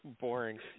boring